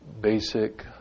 Basic